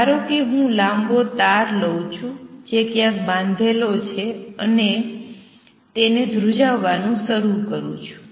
ધારો કે હું લાંબો તાર લઉ છું જે ક્યાંક બાંધેલો છે અને તેને ધ્રુજાવવાનું શરૂ કરું છું